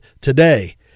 today